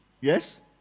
Yes